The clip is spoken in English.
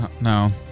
No